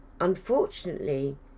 unfortunately